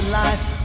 life